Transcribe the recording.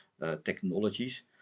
technologies